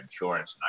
insurance